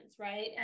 right